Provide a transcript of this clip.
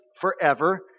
forever